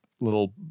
little